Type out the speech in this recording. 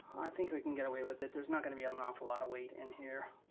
think we can get away with it. there's not gonna be an an awful lot of weight in here.